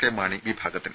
K Mani വിഭാഗത്തിന്